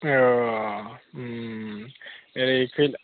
अह ओरै खैला